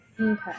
Okay